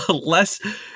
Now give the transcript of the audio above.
less